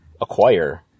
acquire